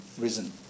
risen